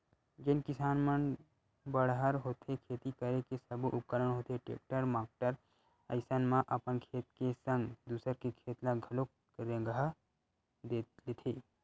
जेन किसान मन बड़हर होथे खेती करे के सब्बो उपकरन होथे टेक्टर माक्टर अइसन म अपन खेत के संग दूसर के खेत ल घलोक रेगहा लेथे